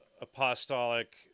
Apostolic